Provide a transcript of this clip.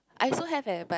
I also have eh but